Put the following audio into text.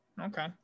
Okay